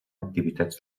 activitats